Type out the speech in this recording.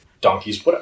donkeys